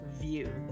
view